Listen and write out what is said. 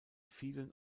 vielen